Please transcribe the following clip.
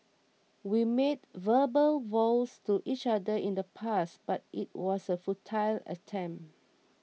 we made verbal vows to each other in the past but it was a futile attempt